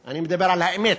אני מדבר על האמת,